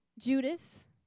Judas